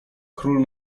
król